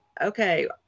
okay